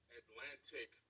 atlantic